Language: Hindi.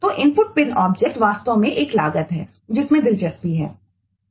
और इनपुट पिन वास्तव में एक लागत है जिसमें दिलचस्पी है